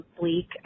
Bleak